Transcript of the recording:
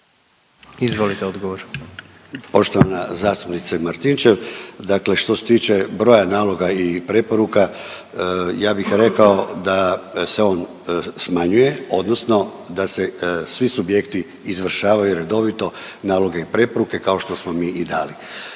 Ivan** Poštovana zastupnice Martinčev, dakle što se tiče broja naloga i preporuka, ja bih rekao da se on smanjuje odnosno da se svi subjekti izvršavaju redovito naloge i preporuke kao što smo mi i dali.